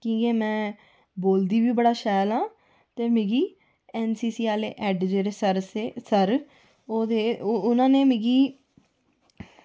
की के में बोलदी बी बड़ा शैल ऐ ते मिगी एनसीसी आह्ले हैड थे सर उ'नें मिगी